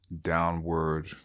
downward